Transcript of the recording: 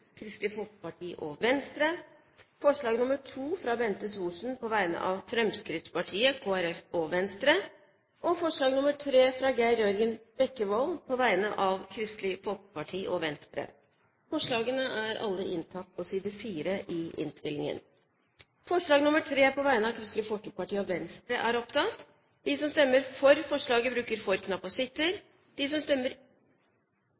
Kristelig Folkeparti og Venstre forslag nr. 2, fra Bente Thorsen på vegne av Fremskrittspartiet, Kristelig Folkeparti og Venstre forslag nr. 3, fra Geir Jørgen Bekkevold på vegne av Kristelig Folkeparti og Venstre Det voteres først over forslag nr. 3, fra Kristelig Folkeparti og Venstre. Forslaget lyder: «Stortinget ber regjeringen om nødvendig å reversere tidligere beslutninger om blant annet timetallsutvidelser og